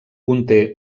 conté